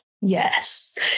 Yes